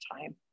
time